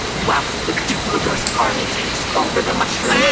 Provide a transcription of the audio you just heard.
whilst the duplighost army takes over the mushroom